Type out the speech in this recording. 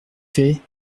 fais